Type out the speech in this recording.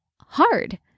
hard